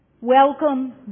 Welcome